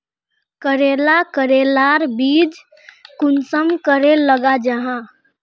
करेला करेलार बीज कुंसम करे लगा जाहा?